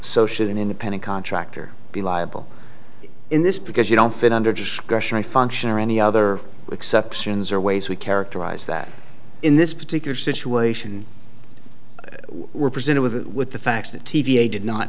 should an independent contractor be liable in this because you don't fit under discussion a function or any other exceptions are ways we characterize that in this particular situation we're presented with with the facts that t v a did not